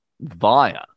via